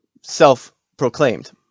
self-proclaimed